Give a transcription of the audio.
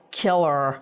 killer